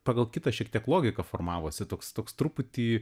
pagal kitą šiek tiek logiką formavosi toks toks truputį